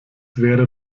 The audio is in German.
wäre